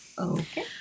okay